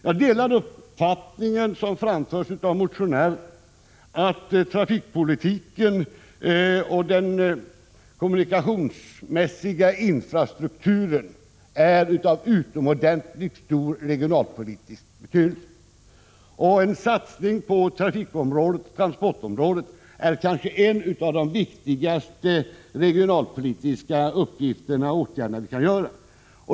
Jag delar den uppfattning som framförts av motionärerna, att trafikpolitiken och den kommunikationsmässiga infrastrukturen är av utomordentligt stor regionalpolitisk betydelse. En satsning på trafikoch transportområdet är kanske en av de viktigaste regionalpolitiska åtgärder vi kan vidta.